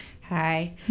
Hi